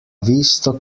visto